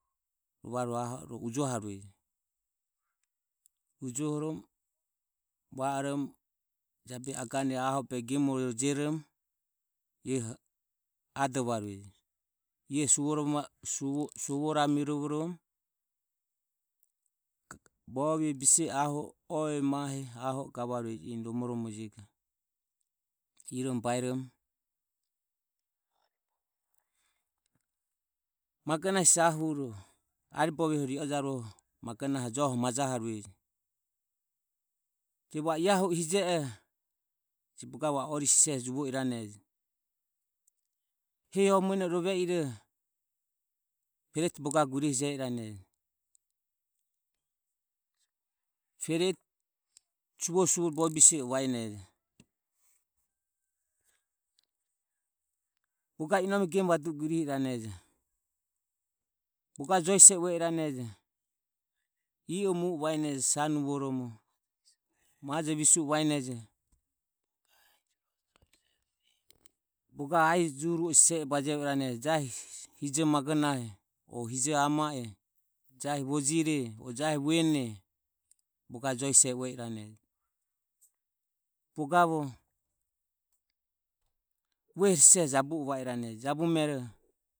Rovaro aho o ujohaureje. Ujohoromo va o romo jabehi agane aho o behe gemore jioromo ioho adovarueje ie suvorovoramirovoromo bovie bise e oe mahe aho o mamiromo gavarueje eni jego magonahe hesi aribovie magonahoho joho mamijaureje. Je va o a hu o hije oho ori siseho bogavo juvo irane hesi o muene e rove i roho peretie bogavo gurihi i rane peretie suvore suvore bovie bise e vaenejo. Bogave inome gemu vadu e gurihi i ranejo bogogave jo sise ua i ranejo i o mu e vaenejo sanuvoromo majo visue vaenejo bogave ahi juroho sise i bajevo i ranejo jahi hijo magonahe o hijo ama e o jahi vojire o jahi vuene bogavo jo sise ue i rane, bogavo vuehore sise ba irane jabumero.